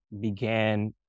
began